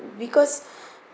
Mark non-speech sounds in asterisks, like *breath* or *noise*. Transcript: because *breath*